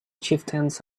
chieftains